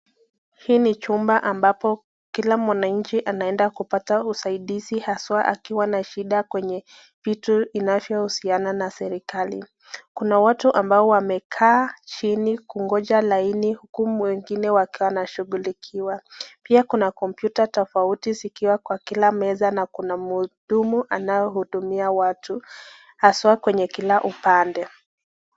Hii ni chumba ambapo kila mwananchi anaenda kupata usaidizi haswa akiwa na shida kwenye vitu inavyohusiana na serikali . Kuna watu ambao wamekaa chini kungoja laini huku wengine wanakaa wanashughulikiwa. Pia kuna computer tofauti zikiwa kwa kila meza, na kuna mhudumu anaohudumia watu haswa kwenye kila upande.